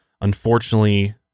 unfortunately